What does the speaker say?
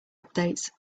updates